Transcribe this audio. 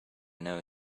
know